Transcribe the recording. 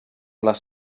les